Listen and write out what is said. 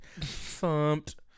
thumped